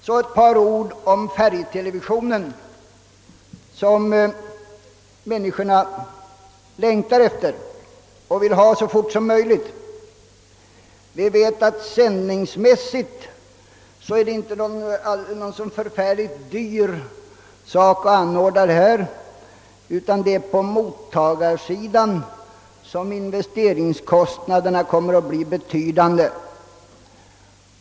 Så ett par ord om färgtelevisionen, som människorna längtar efter och vill ha så fort som möjligt. Vi vet att det sändningsmässigt inte är någon så förfärligt dyr sak att anordna, utan det är på mottagarsidan som investeringskostnaderna kommer att bli betydande.